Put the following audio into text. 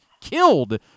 killed